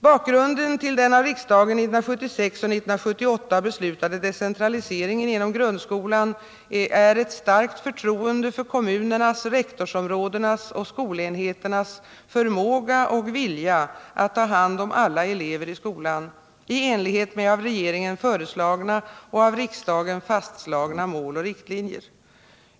Bakgrunden till den av riksdagen 1976 och 1978 beslutade decentraliseringen inom grundskolan är ett starkt förtroende för kommunernas, rektorsområdenas och skolenheternas förmåga och vilja att ta hand om alla elever i skolan, i enlighet med av regeringen föreslagna och av riksdagen fastslagna mål och riktlinjer.